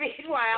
meanwhile